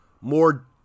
more